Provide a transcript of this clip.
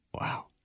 Wow